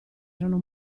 erano